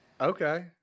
Okay